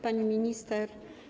Pani Minister!